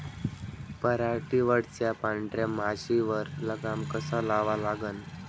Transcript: पराटीवरच्या पांढऱ्या माशीवर लगाम कसा लावा लागन?